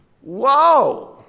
whoa